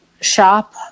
shop